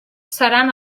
seran